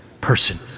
person